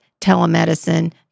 telemedicine